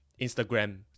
Instagram